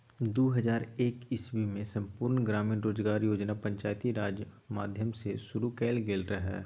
दु हजार एक इस्बीमे संपुर्ण ग्रामीण रोजगार योजना पंचायती राज माध्यमसँ शुरु कएल गेल रहय